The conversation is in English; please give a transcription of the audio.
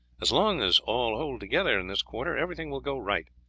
as long as all hold together in this quarter everything will go right.